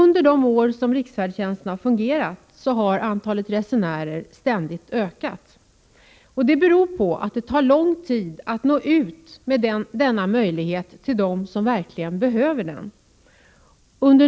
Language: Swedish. Under de år som riksfärdtjänsten fungerat har antalet resenärer ständigt ökat. Det beror på att det tar lång tid att nå ut med denna möjlighet till dem som verkligen behöver den.